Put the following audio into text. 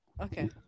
Okay